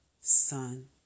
sun